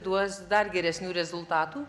duos dar geresnių rezultatų